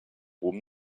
hohem